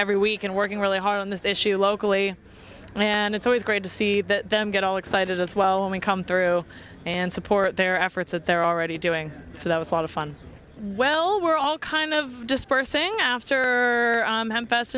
every week and working really hard on this issue locally and it's always great to see that them get all excited as well and come through and support their efforts that they're already doing so that was a lot of fun well we're all kind of dispersing after